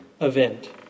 event